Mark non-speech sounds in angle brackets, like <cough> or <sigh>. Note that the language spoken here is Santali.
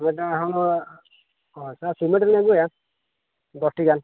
<unintelligible> ᱟᱪᱪᱷᱟ ᱥᱤᱢᱮᱱᱴ ᱞᱤᱧ ᱟᱹᱜᱩᱭᱟ ᱫᱚᱥᱴᱤ ᱜᱟᱱ